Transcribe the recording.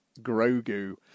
Grogu